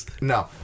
No